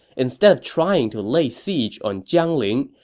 instead of trying to lay siege on jiangling,